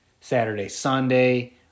Saturday-Sunday